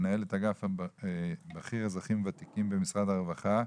מנהלת האגף הבכיר לאזרחים ותיקים במשרד הרווחה,